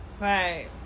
Right